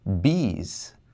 Bees